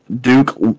Duke